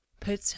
put